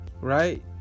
Right